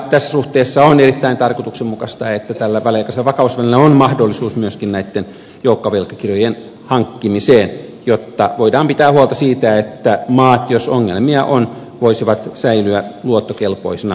tässä suhteessa on erittäin tarkoituksenmukaista että tällä väliaikaisella vakausvälineellä on mahdollisuus myöskin näitten joukkovelkakirjojen hankkimiseen jotta voidaan pitää huolta siitä että maat jos ongelmia on voisivat säilyä luottokelpoisina rahamarkkinoilla